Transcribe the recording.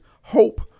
Hope